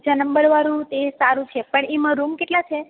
બીજા નંબર વાળું તે સારું છે પણ એમાં રૂમ કેટલા છે